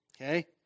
Okay